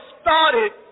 started